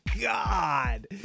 God